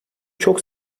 çok